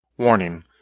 Warning